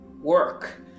work